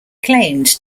claimed